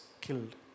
killed